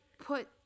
put